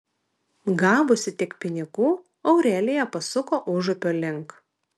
gavusi tiek pinigų aurelija pasuko užupio link